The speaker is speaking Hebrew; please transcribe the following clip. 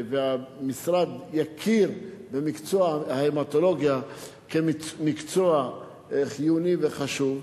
אם המשרד יכיר במקצוע ההמטולוגיה כמקצוע חיוני וחשוב,